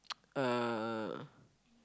uh